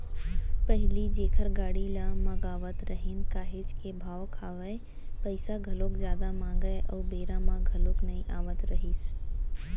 पहिली जेखर गाड़ी ल मगावत रहेन काहेच के भाव खावय, पइसा घलोक जादा मांगय अउ बेरा म घलोक नइ आवत रहिस